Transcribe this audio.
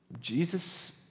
Jesus